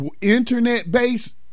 internet-based